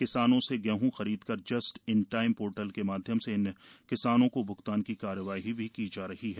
किसानों से गेहूं खरीदकर जस्ट इन टाइम पोर्टल के माध्यम से इन किसानों को भ्गतान की कार्यवाही भी जारी है